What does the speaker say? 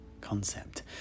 concept